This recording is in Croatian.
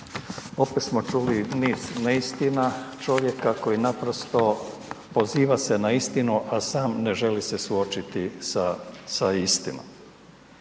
opet smo čuli niz neistina čovjeka koji naprosto poziva se na istinu, a sam ne želi se suočiti sa, sa istinom.